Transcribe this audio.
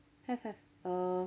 have have err